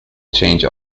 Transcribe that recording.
change